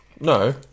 No